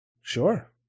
Sure